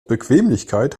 bequemlichkeit